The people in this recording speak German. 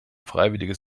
freiwilliges